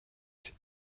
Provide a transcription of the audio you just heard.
sit